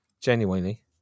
Genuinely